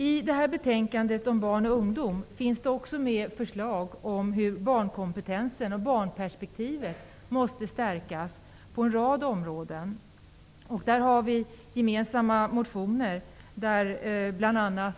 I betänkandet om barn och ungdom finns det också förslag om hur barnkompetensen och barnperspektivet måste stärkas på en rad områden. Vi har en gemensam motion, där bl.a.